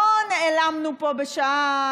לא נעלמנו פה בשעה,